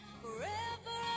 forever